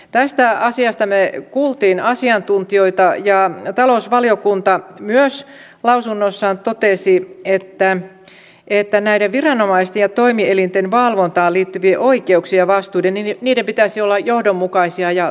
tästä asiasta me kuulimme asiantuntijoita ja myös talousvaliokunta lausunnossaan totesi että näiden viranomaisten ja toimielinten valvontaan liittyvien oikeuksien ja vastuiden pitäisi olla johdonmukaisia ja tasapainossa